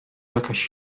jakaś